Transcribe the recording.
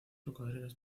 cocodrilos